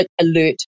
alert